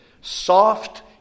soft